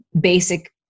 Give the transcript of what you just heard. basic